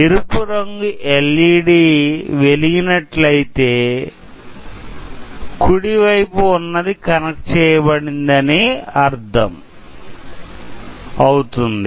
ఎరుపు రంగు ఎల్ఇడి వెలిగి నట్లయితే కుడి వైపు ఉన్నది కనెక్ట్ చేయబడింది అని అర్ధమవుతుంది